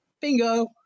Bingo